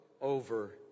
over